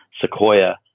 Sequoia